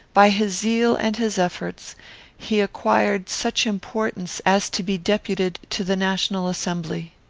by his zeal and his efforts he acquired such importance as to be deputed to the national assembly.